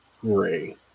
gray